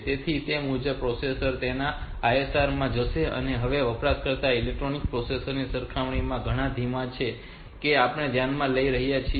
તેથી તે મુજબ પ્રોસેસર તેના માટે ISR માં જશે હવે આ વપરાશકર્તાઓ ઇલેક્ટ્રોનિક પ્રોસેસર ની સરખામણીમાં ઘણા ધીમા છે જેને આપણે ધ્યાનમાં લઇ રહ્યા છીએ